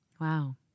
wow